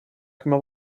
prima